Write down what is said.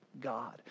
God